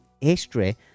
history